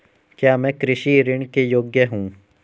क्या मैं कृषि ऋण के योग्य हूँ?